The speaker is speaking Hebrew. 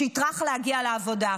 שיטרח להגיע לעבודה.